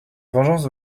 vengeance